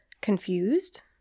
confused